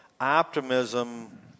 optimism